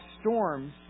storms